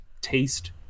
taste